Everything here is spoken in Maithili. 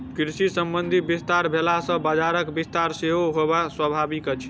कृषि संबंधी विस्तार भेला सॅ बजारक विस्तार सेहो होयब स्वाभाविक अछि